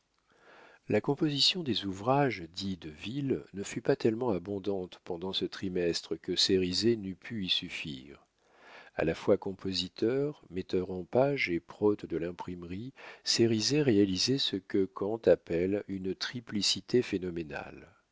la composition des ouvrages dits de ville ne fut pas tellement abondante pendant ce trimestre que cérizet n'eût pu y suffire a la fois compositeur metteur en pages et prote de l'imprimerie cérizet réalisait ce que kant appelle une triplicité phénoménale